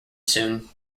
soon